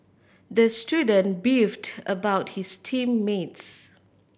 the student beefed about his team mates